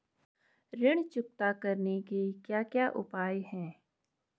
ऋण चुकता करने के क्या क्या उपाय हैं?